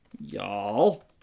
y'all